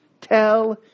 Tell